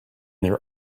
their